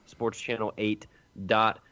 SportsChannel8.com